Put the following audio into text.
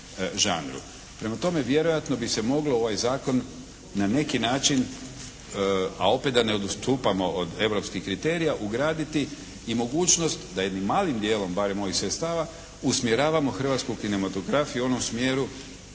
Prema tome, vjerojatno bi se moglo ovaj zakon na neki način a opet da ne odstupamo od europskih kriterija ugraditi i mogućnost da jednim malim dijelom, barem ovih sredstava usmjeravamo hrvatsku kinematografiju u onom smjeru